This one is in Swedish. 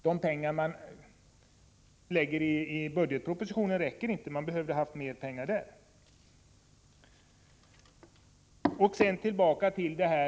De pengar som anslås enligt budgetpropositionen räcker inte. Man skulle behöva mer pengar där.